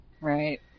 Right